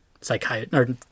psychiatrist